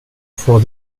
for